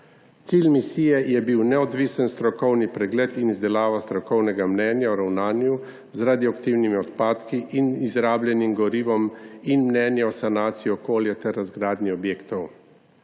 Cilj misije je bil neodvisen strokovni pregled in izdelava strokovnega mnenja o ravnanju z radioaktivnimi odpadki in izrabljenim gorivom ter mnenje o sanaciji okolja in razgradnji objektov.